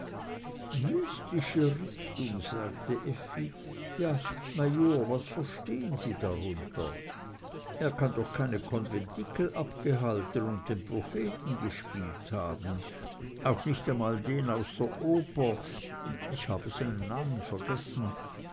mystische richtung sagte effi ja major was verstehen sie darunter er kann doch keine konventikel abgehalten und den propheten gespielt haben auch nicht einmal den aus der oper ich habe seinen namen vergessen